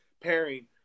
pairing